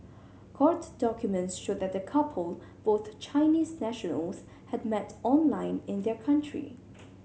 court documents show that the couple both Chinese nationals had met online in their country